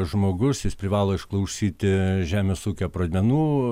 žmogus jis privalo išklausyti žemės ūkio pradmenų